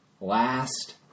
last